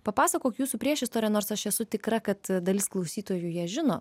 papasakok jūsų priešistorę nors aš esu tikra kad dalis klausytojų ją žino